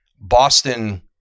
Boston